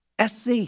SC